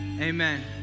amen